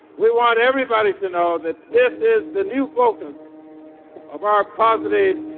we want everybody to know that this is the new focus of our positive,